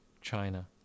China